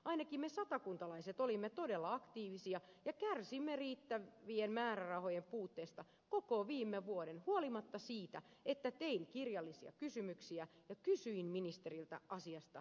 ainakin me satakuntalaiset olimme todella aktiivisia ja kärsimme riittävien määrärahojen puutteesta koko viime vuoden huolimatta siitä että tein kirjallisia kysymyksiä ja kysyin ministeriltä asiasta monia kertoja